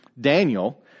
Daniel